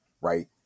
right